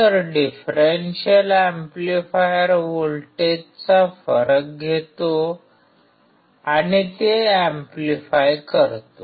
तर differential amplifier व्होल्टेजचा फरक घेतो आणि ते एम्प्लिफाय करतो